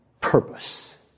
purpose